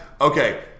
okay